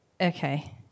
okay